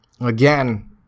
again